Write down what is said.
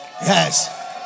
Yes